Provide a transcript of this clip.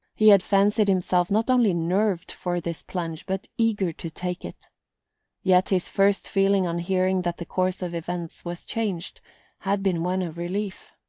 he had fancied himself not only nerved for this plunge but eager to take it yet his first feeling on hearing that the course of events was changed had been one of relief.